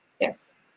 Yes